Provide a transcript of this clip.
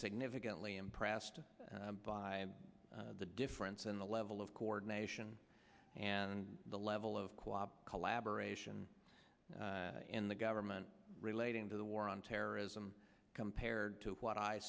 significantly impressed by the difference in the level of coordination and the level of quasi collaboration in the government relating to the war on terrorism compared to what i